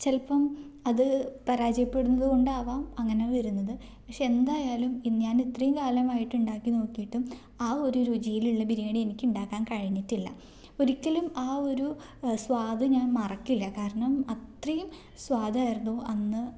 ചിലപ്പം അത് പരാജയപ്പെടുന്നത് കൊണ്ടാവാം അങ്ങനെ വരുന്നത് പക്ഷേ എന്തായാലും ഞാൻ ഇത്രയും കാലമായിട്ടുണ്ടാക്കി നോക്കിയിട്ടും ആ ഒരു രുചിയിലുള്ള ബിരിയാണി എനിക്ക് ഉണ്ടാക്കാൻ കഴിഞ്ഞിട്ടില്ല ഒരിക്കലും ആ ഒരു സ്വാദ് ഞാൻ മറക്കില്ല കാരണം അത്രയും സ്വാദായിരുന്നു അന്ന്